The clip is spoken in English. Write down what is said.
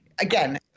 again